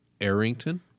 Arrington